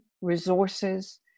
resources